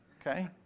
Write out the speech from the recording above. Okay